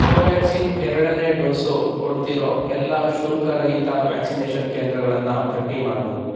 ಕೋವ್ಯಾಕ್ಸಿನ್ ಎರಡನೇ ಡೋಸು ಕೊಡ್ತಿರೋ ಎಲ್ಲಾ ಶುಲ್ಕರಹಿತ ವ್ಯಾಕ್ಸಿನೇಷನ್ ಕೇಂದ್ರಗಳನ್ನು ಪಟ್ಟಿ ಮಾಡು